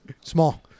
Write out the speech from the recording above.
Small